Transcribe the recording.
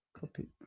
copy